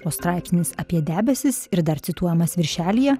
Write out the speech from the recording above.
o straipsnis apie debesis ir dar cituojamas viršelyje